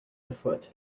afoot